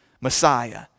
Messiah